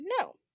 no